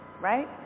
Right